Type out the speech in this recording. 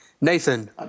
Nathan